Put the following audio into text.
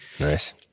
Nice